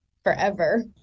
forever